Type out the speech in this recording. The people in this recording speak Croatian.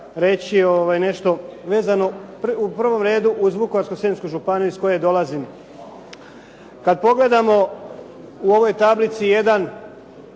reći nešto vezano u prvom redu uz Vukovarsko-srijemsku županiju iz koje dolazim. Kada pogledamo u ovoj tablici jedan